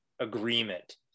agreement